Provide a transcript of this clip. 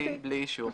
בלי אישור.